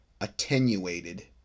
attenuated